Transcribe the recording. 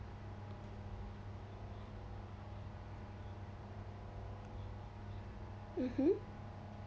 mmhmm